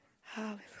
Hallelujah